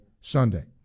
Sunday